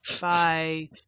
Bye